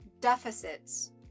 deficits